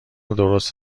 درست